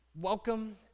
Welcome